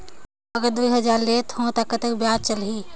अगर दुई हजार लेत हो ता कतेक ब्याज चलही?